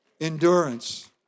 endurance